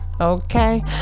Okay